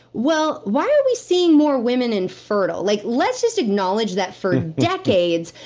well, why are we seeing more women infertile? like let's just acknowledge that, for decades,